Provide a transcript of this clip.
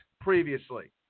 previously